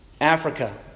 Africa